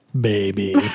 baby